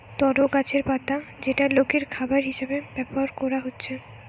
তরো গাছের পাতা যেটা লোকের খাবার হিসাবে ব্যভার কোরা হচ্ছে